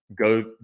go